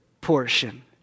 portion